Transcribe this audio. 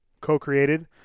co-created